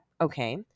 Okay